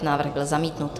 Návrh byl zamítnut.